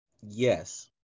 Yes